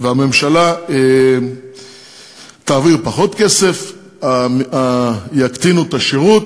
והממשלה תעביר פחות כסף, יקטינו את השירות,